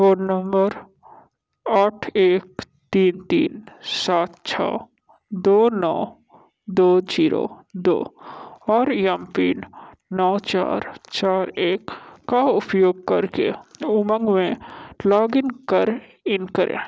phone number आठ एक तीन तीन सात छः दो नौ दो ज़ीरो दो और एम पिन नौ चार चार एक का उपयोग करके उमंग में लॉगिन कर इन करें